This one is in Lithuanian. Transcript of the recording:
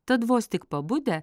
tad vos tik pabudę